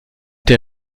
der